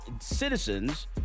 citizens